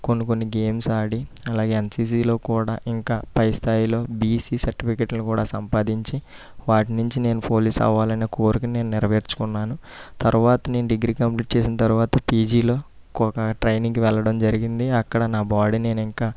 కొన్ని కొన్ని గేమ్స్ ఆడి అలాగే ఎన్సీసీలో కూడా ఇంకా పై స్థాయిలో బీసీ సర్టిఫికెట్లు కూడా సంపాదించి వాటి నుంచి నేను పోలీస్ అవ్వాలనే కోరికను నేను నెరవేర్చుకున్నాను తర్వాత నేను డిగ్రీ కంప్లీట్ చేసిన తర్వాత పీజీలో ఒక ట్రైనింగ్కి వెళ్ళడం జరిగింది అక్కడ నా బాడీని నేను ఇంకా